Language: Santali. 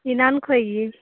ᱮᱱᱟᱱ ᱠᱷᱚᱡ ᱜᱮ